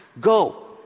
go